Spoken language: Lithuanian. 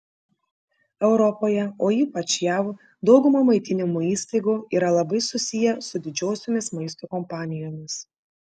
europoje o ypač jav dauguma maitinimo įstaigų yra labai susiję su didžiosiomis maisto kompanijomis